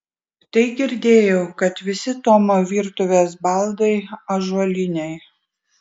tai girdėjau kad visi tomo virtuvės baldai ąžuoliniai